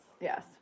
Yes